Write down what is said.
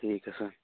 ਠੀਕ ਹੈ ਸਰ